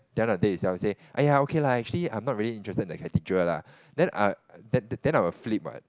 then the day itself say !aiya! okay lah actually I am not really interested in the cathedral lah then I then then I will flip what